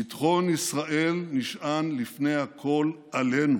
ביטחון ישראל נשען לפני הכול עלינו,